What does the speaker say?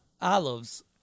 Olives